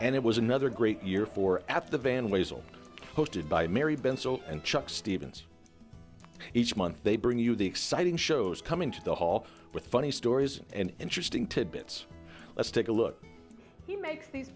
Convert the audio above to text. and it was another great year for the band weezer hosted by mary been sold and chuck stevens each month they bring you the exciting shows coming to the hall with funny stories and interesting tidbits let's take a look he makes these